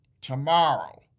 tomorrow